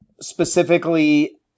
specifically